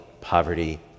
poverty